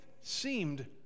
seemed